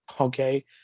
okay